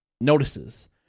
notices